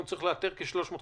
הוא צריך להגיע ל-350.